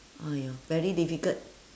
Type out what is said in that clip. !aiya! very difficult